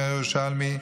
אומר הירושלמי.